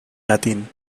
latín